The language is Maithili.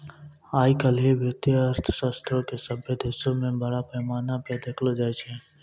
आइ काल्हि वित्तीय अर्थशास्त्रो के सभ्भे देशो मे बड़ा पैमाना पे देखलो जाय छै